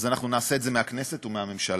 אנחנו נעשה את זה מהכנסת ומהממשלה.